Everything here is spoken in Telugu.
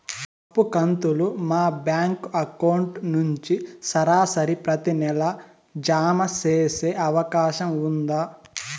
అప్పు కంతులు మా బ్యాంకు అకౌంట్ నుంచి సరాసరి ప్రతి నెల జామ సేసే అవకాశం ఉందా?